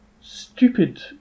stupid